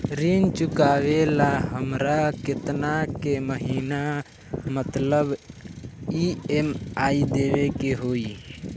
ऋण चुकावेला हमरा केतना के महीना मतलब ई.एम.आई देवे के होई?